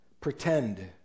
pretend